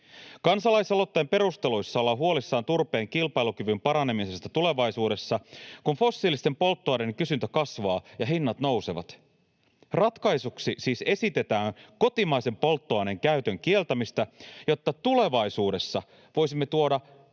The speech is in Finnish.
Kansalaisaloitteen perusteluissa ollaan huolissaan turpeen kilpailukyvyn paranemisesta tulevaisuudessa, kun fossiilisten polttoaineiden kysyntä kasvaa ja hinnat nousevat. Ratkaisuksi siis esitetään kotimaisen polttoaineen käytön kieltämistä, jotta tulevaisuudessa voisimme tuoda